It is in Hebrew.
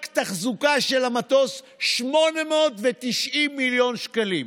אז רק תחזוקה של המטוס 890 מיליון שקלים.